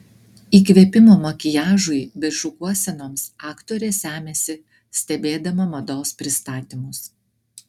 įkvėpimo makiažui bei šukuosenoms aktorė semiasi stebėdama mados pristatymus